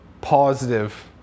positive